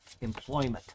employment